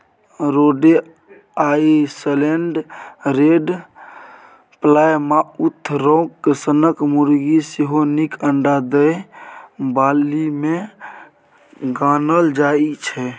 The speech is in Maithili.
रोडे आइसलैंड रेड, प्लायमाउथ राँक सनक मुरगी सेहो नीक अंडा दय बालीमे गानल जाइ छै